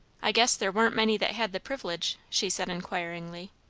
i guess there warn't many that had the privilege? she said inquiringly.